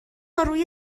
روی